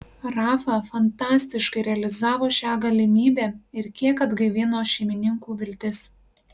rafa fantastiškai realizavo šią galimybę ir kiek atgaivino šeimininkų viltis